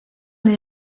les